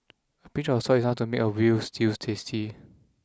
pinch of salt is enough to make a veal stew tasty